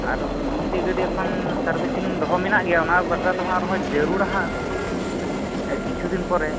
ᱟᱨᱦᱚᱸ ᱢᱤᱫᱴᱮᱡ ᱜᱟᱹᱰᱤ ᱮᱠᱷᱚᱱ ᱥᱟᱨᱵᱷᱤᱥᱤᱝ ᱫᱚᱦᱚ ᱢᱮᱱᱟᱜ ᱜᱮᱭᱟ ᱚᱱᱟ ᱵᱟᱠᱷᱨᱟ ᱛᱮᱦᱚᱸ ᱟᱨᱦᱚᱸ ᱡᱟᱹᱨᱩᱲᱟ ᱦᱟᱸᱜ ᱮᱠᱷᱚᱱ ᱠᱤᱪᱷᱩ ᱫᱤᱱ ᱯᱚᱨᱮ